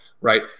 right